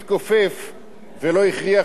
ולא הכריח אותנו לכופף אותו.